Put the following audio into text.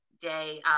day